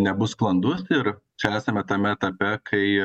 nebus sklandus ir čia esame tame etape kai